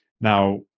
Now